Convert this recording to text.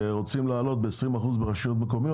שרוצים להעלות להם ב-20% ברשויות מקומיות.